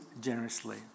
generously